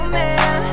man